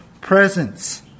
presents